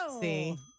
See